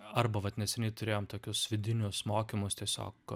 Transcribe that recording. arba vat neseniai turėjom tokius vidinius mokymus tiesiog